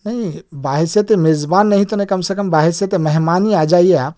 نہیں بحیثیت میزبان نہیں تو نہ کم سے کم بحیثیت مہمان ہی آ جائیے آپ